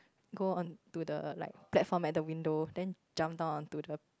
go on to the like platform at the window then jump down on to the